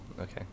okay